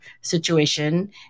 situation